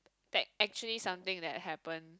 that actually something that happen